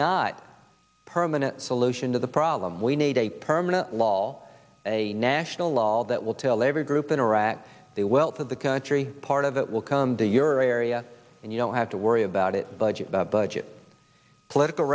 a permanent solution to the problem we need a permanent law a national law that will tell every group in iraq the wealth of the country part of it will come to your area and you don't have to worry about it budget budget political